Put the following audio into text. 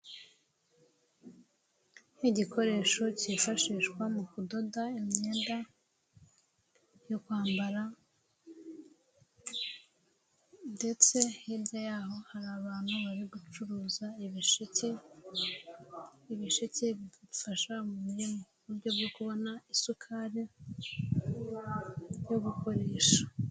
Ni igikoresho cyifashishwa mu kudoda imyenda yo kwambara ndetse hirya y'aho hari abantu bari gucuruza ibisheke, ibisheke bigafasha umubiri mu uburyo bwo kubona isukari yo gukoresha.